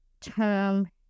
term